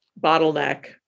bottleneck